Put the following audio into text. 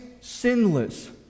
sinless